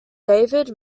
david